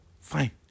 fine